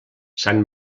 sant